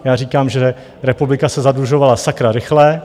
Já říkám, že republika se zadlužovala sakra rychle.